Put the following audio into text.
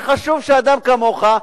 יהיה חשוב שאדם כמוך,